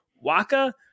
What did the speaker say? Waka